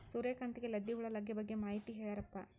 ಸೂರ್ಯಕಾಂತಿಗೆ ಲದ್ದಿ ಹುಳ ಲಗ್ಗೆ ಬಗ್ಗೆ ಮಾಹಿತಿ ಹೇಳರಪ್ಪ?